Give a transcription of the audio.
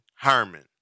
Herman